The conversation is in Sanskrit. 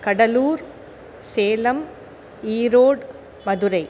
कडलूर् सेलम् ईरोड् मधुरै